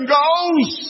goes